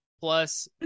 plus